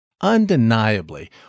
Undeniably